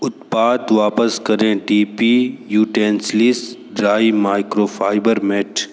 उत्पाद वापस करें D P utensils dry microfiber mat